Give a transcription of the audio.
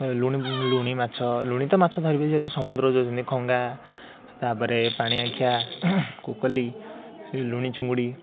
ଲୁଣି ଲୁଣି ମାଛ ଲୁଣି ତ ମାଛ ଧରିବେ ଯେହେତୁ ସମୁଦ୍ର ଖଅଙ୍ଗା ତା'ପରେ ପଣିଆଖିଆ କୋକଲି ଲୁଣି ଚୁଙ୍ଗୁଡ଼ି